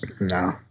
No